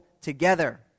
together